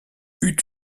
eut